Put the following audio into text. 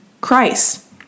Christ